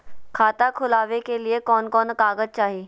खाता खोलाबे के लिए कौन कौन कागज चाही?